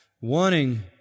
wanting